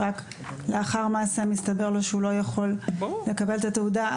ורק לאחר מעשה מסתבר לו שהוא לא יכול לקבל את התעודה.